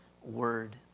word